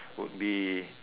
would be